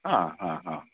हा हा हा